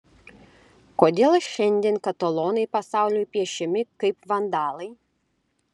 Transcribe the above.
kodėl šiandien katalonai pasauliui piešiami kaip vandalai